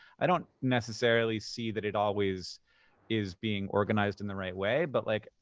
i don't necessarily see that it always is being organized in the right way. but like,